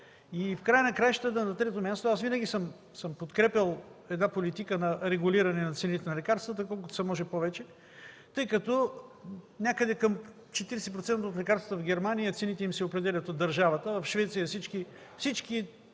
която водим. На трето място, аз винаги съм подкрепял една политика на регулиране на цените на лекарствата колкото се може повече, тъй като някъде на 40% от лекарствата в Германия цените им се определят от държавата, а в Швеция всички